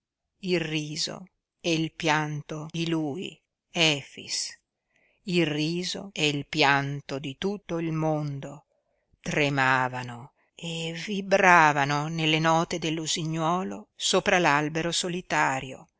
il riso e il pianto di lui efix il riso e il pianto di tutto il mondo tremavano e vibravano nelle note dell'usignuolo sopra l'albero solitario